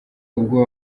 ubwo